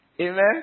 Amen